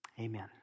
Amen